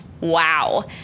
wow